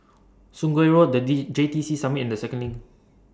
Sungei Road The D J T C Summit and The Second LINK